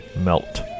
Melt